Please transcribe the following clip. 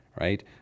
right